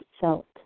felt